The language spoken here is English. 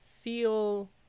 feel